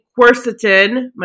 quercetin